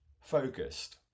focused